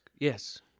Yes